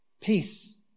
peace